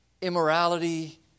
immorality